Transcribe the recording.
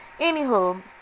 anywho